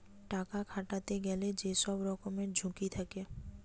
টাকা খাটাতে গেলে যে সব রকমের ঝুঁকি থাকে